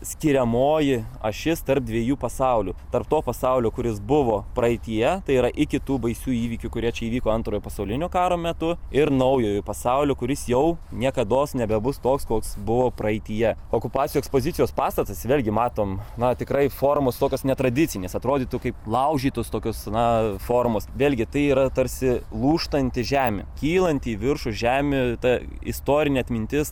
skiriamoji ašis tarp dviejų pasaulių tarp to pasaulio kuris buvo praeityje tai yra iki tų baisių įvykių kurie čia įvyko antrojo pasaulinio karo metu ir naujojo pasaulio kuris jau niekados nebebus toks koks buvo praeityje okupacijų ekspozicijos pastatas vėlgi matome na tikrai formos tokios netradicinės atrodytų kaip laužytos tokios na formos vėlgi tai yra tarsi lūžtanti žemė kylanti į viršų žemė ta istorinė atmintis